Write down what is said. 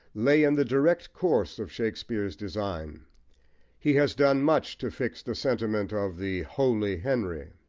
lay in the direct course of shakespeare's design he has done much to fix the sentiment of the holy henry.